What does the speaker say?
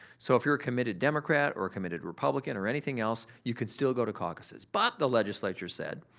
so, if you're a committed democrat or a committed republican or anything else, you could still go to caucuses but the legislature said,